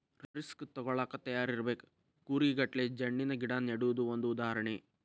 risk ತುಗೋಳಾಕ ತಯಾರ ಇರಬೇಕ, ಕೂರಿಗೆ ಗಟ್ಲೆ ಜಣ್ಣಿನ ಗಿಡಾ ನೆಡುದು ಒಂದ ಉದಾಹರಣೆ